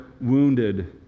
wounded